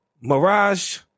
Mirage